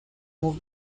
move